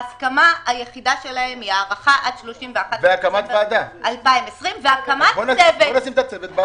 ההסכמה היחידה שלהם היא הארכה עד ה-31 בדצמבר 2020 והקמת צוות.